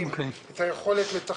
את היכולת לראות תהליכים רחבים,